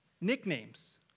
Nicknames